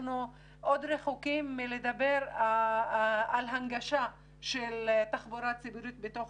אנחנו עוד רחוקים מלדבר על הנגשה של תחבורה ציבורית בתוך